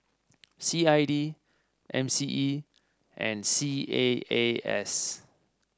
C I D M C E and C A A S